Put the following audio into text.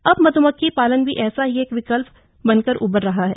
अब मध्मक्खी पालन भी ऐसा ही एक विकल्प बनकर उभर रहा है